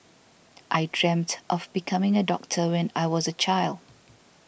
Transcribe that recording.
I dreamt of becoming a doctor when I was a child